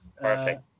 perfect